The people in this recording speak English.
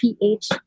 PH